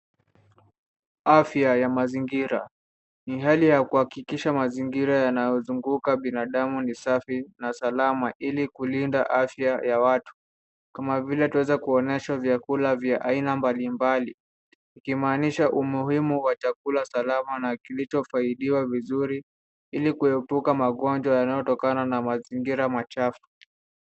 Afya ya mazingira. Ni hali ya kuhakikisha mazingira yanayozunguka binadamu ni safi na salama ili kulinda afya ya watu kama vile twaweza kuonyeshwa vyakula vya aina mbalimbali ikimaanisha umuhimu wa chakula salama na kilichofaidiwa vizuri ili kuepuka magonjwa yanayotokana na mazingira machafu.